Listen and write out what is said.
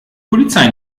polizei